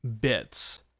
bits